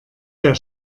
der